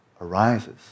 arises